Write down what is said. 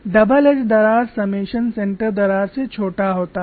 double edge दरार समेंशन centre दरार से छोटा होता है